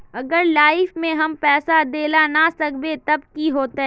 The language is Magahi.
अगर लाइफ में हम पैसा दे ला ना सकबे तब की होते?